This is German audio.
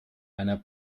einer